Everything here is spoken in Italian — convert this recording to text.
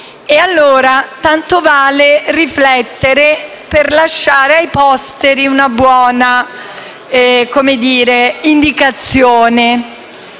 ma tanto vale riflettere per lasciare ai posteri una buona indicazione.